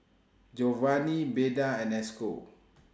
Jovany Beda and Esco